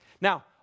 Now